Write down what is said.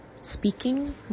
speaking